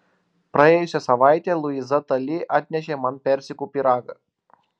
praėjusią savaitę luiza tali atnešė man persikų pyragą